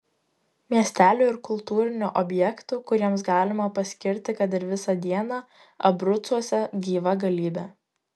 miestelių ir kultūrinių objektų kuriems galima paskirti kad ir visą dieną abrucuose gyva galybė